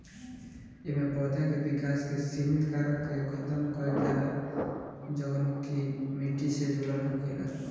एमे पौधा के विकास के सिमित कारक के खतम कईल जाला जवन की माटी से जुड़ल होखेला